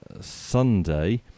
Sunday